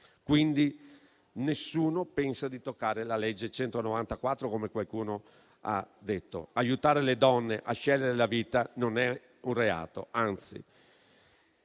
1978. Nessuno pensa di toccare quella legge, come qualcuno ha detto. Aiutare le donne a scegliere la vita non è un reato; anzi,